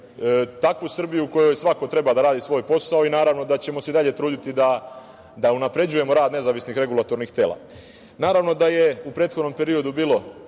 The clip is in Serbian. takvu Srbiju u kojoj svako treba da radi svoj posao i, naravno, da ćemo se i dalje truditi da unapređujemo rad nezavisnih regulatornih tela. Naravno da je u prethodnom periodu bilo